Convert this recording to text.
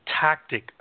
tactic